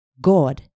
God